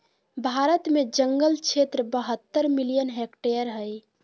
भारत में जंगल क्षेत्र बहत्तर मिलियन हेक्टेयर हइ